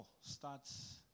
starts